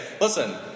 listen